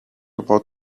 about